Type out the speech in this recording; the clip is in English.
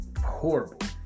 horrible